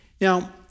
Now